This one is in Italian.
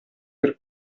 per